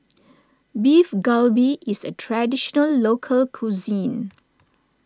Beef Galbi is a Traditional Local Cuisine